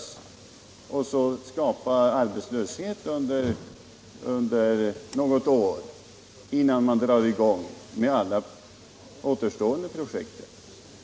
Det innebär att man skapar arbetslöshet under något år, innan man drar i gång med de återstående projekten.